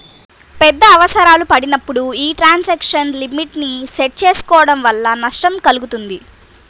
పెద్ద అవసరాలు పడినప్పుడు యీ ట్రాన్సాక్షన్ లిమిట్ ని సెట్ చేసుకోడం వల్ల నష్టం కల్గుతుంది